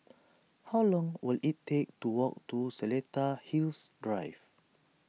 how long will it take to walk to Seletar Hills Drive